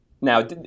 Now